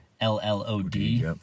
L-L-O-D